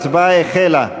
ההצבעה החלה.